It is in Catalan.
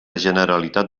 generalitat